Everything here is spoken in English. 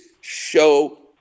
show